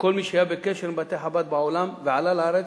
וכל מי שהיה בקשר עם בתי-חב"ד בעולם ועלה לארץ,